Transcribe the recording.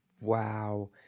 Wow